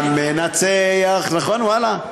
למנצח, נכון, ואללה.